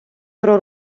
про